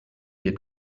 had